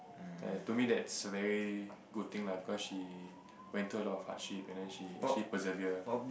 and to me that's a very good thing lah because she went through a lot of hardship and then she actually persevere